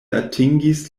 atingis